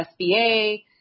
SBA